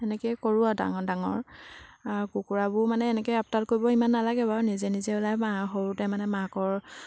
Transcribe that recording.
এনেকৈয়ে কৰোঁ আৰু ডাঙৰ ডাঙৰ কুকুৰাবোৰ মানে এনেকৈ আপডাল কৰিব ইমান নালাগে বাৰু নিজে নিজে ওলাই মা সৰুতে মানে মাকৰ